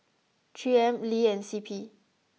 three M Lee and C P